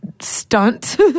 stunt